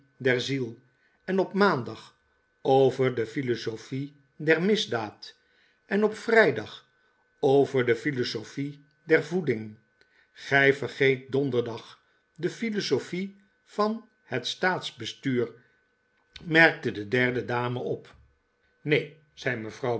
en op maandag over de philosophie der misdaad en op vrijdag over de philosophie der voeding gij vergeet donderdag de philosophie van het staatsbestuur merkte de derde dame op neen zei mevrouw